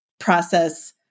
Process